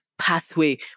pathway